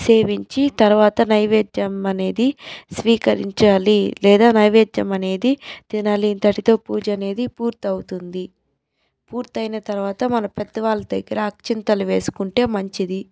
సేవించి తరువాత నైవేద్యం అనేది స్వీకరించాలి లేదా నైవేద్యం అనేది తినాలి ఇంతటితో పూజనేది పూర్తవుతుంది పూర్తయిన తరువాత మన పెద్దవాళ్ల దగ్గర అక్షింతలు వేసుకుంటే మంచిది